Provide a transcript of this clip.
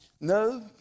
no